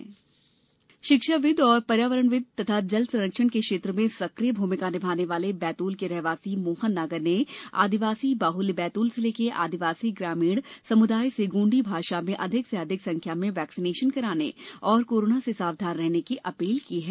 बैतुल टीका अपील शिक्षाविद एंव पर्यावरणविद तथा जल संरक्षण के क्षेत्र में सक्रिय भूमिका निभाने वाले बैतूल के रहवासी मोहन नागर ने आदिवासी बाहुल्य बैतूल जिले के आदिवासी ग्रामीण समुदाय से गोंडी भाषा में अधिक से अधिक संख्या में वैक्सीनेशन कराने और कोरोना से सावधान रहने की अपील की है